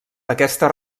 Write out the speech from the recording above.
aquesta